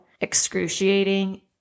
excruciating